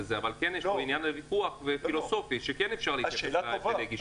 ולעומת זאת במקום רחב יותר לא תאפשרו את זה.